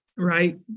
right